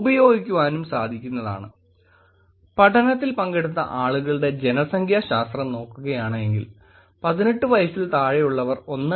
ഉപയോഗിക്കുവാനും സാധിക്കുന്നതാണ് പഠനത്തിൽ പങ്കെടുത്ത ആളുകളുടെ ജനസംഖ്യാശാസ്ത്രം നോക്കുകയാണെങ്കിൽ 18 വയസിൽ താഴെയുള്ളവർ 1